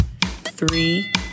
Three